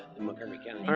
in montgomery county.